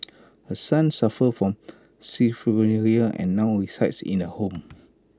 her son suffers from schizophrenia and now resides in A home